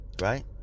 right